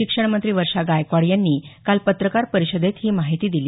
शिक्षणमंत्री वर्षा गायकवाड यांनी काल पत्रकार परिषदेत ही माहिती दिली